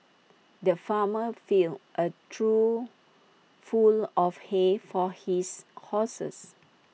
the farmer filled A trough full of hay for his horses